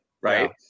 Right